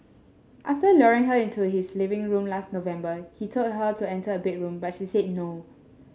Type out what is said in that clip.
after luring her into his living room last November he told her to enter a bedroom but she said no